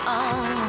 on